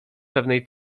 pewnej